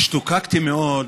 השתוקקתי מאוד